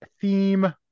theme